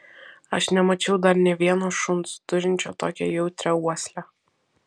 aš nemačiau dar nė vieno šuns turinčio tokią jautrią uoslę